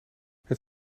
het